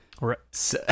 Right